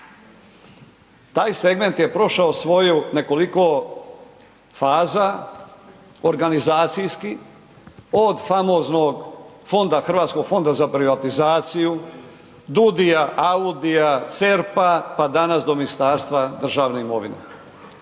Taj segment je prošao svoju nekoliko faza organizacijskih, od famoznog fonda Hrvatskog fonda za privatizaciju, DUDIA, AUDIA, CERP-a pa danas do Ministarstva državne imovine.